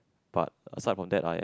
but aside from that I am